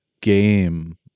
game